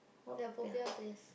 the popiah place